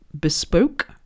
bespoke